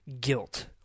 guilt